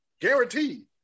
guaranteed